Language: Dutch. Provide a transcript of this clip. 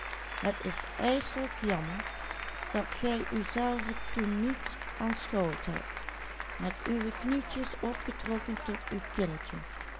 met uwe knietjes opgetrokken tot uw kinnetje